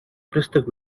préstec